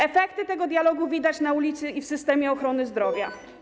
Efekty tego dialogu widać na ulicy i w systemie ochrony zdrowia.